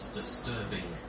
disturbing